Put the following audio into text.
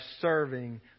serving